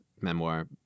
memoir